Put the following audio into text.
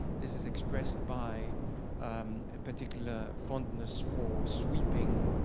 this is expressed by a particular fondness for sweeping